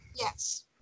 Yes